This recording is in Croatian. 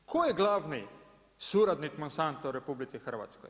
Tko je glavni suradnik Monsanta u RH?